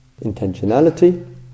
intentionality